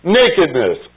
nakedness